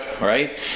right